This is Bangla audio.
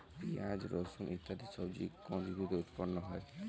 পিঁয়াজ রসুন ইত্যাদি সবজি কোন ঋতুতে উৎপন্ন হয়?